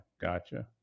Gotcha